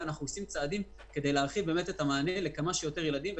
לכן אנחנו עושים מאמצים כדי להרחיב את המענים לכמה שיותר ילדים.